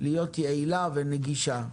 להיות יעילה ונגישה.